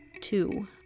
Two